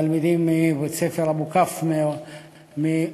את התלמידים מבית-ספר המקיף באום-בטין,